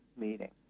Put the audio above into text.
meeting